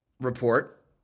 report